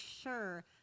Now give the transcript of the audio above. sure